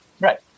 Right